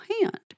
hand